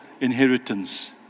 Inheritance